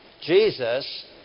Jesus